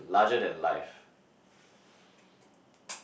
larger than life